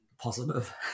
positive